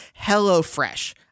HelloFresh